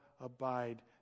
abide